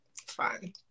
fine